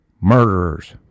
murderers